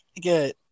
Good